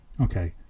Okay